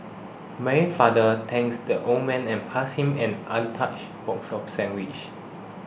Mary's father thanked the old man and passed him an untouched box of sandwiches